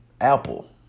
Apple